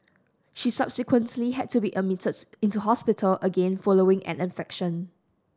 she subsequently had to be admitted into hospital again following an infection